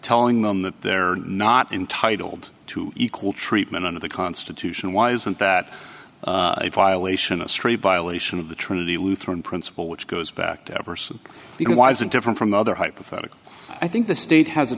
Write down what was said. telling them that they're not entitled to equal treatment under the constitution why isn't that a violation astray violation of the trinity lutheran principle which goes back to everson because why is it different from the other hypothetical i think the state has a